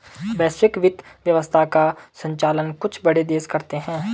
वैश्विक वित्त व्यवस्था का सञ्चालन कुछ बड़े देश करते हैं